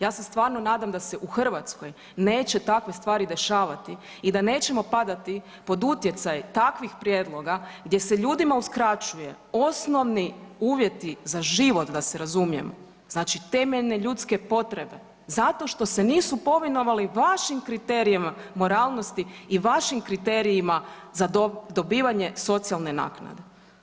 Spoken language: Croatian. Ja se stvarno nadam da se u Hrvatskoj neće takve stvari dešavati i da nećemo padati pod utjecaj takvih prijedloga gdje se ljudima uskraćuje osnovni uvjeti za život, da se razumijemo, znači temeljne ljudske potrebe zato što se nisu povinovali vašim kriterijima moralnost i vašim kriterijima za dobivanje socijalne naknade.